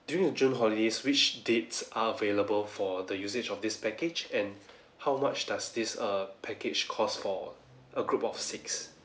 during the june holidays which dates are available for the usage of this package and how much does this err package cost for a group of six